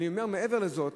אני אומר מעבר לזאת,